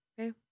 okay